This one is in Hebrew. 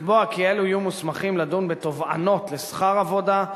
לקבוע כי אלו יהיו מוסמכים לדון בתובענות לשכר עבודה,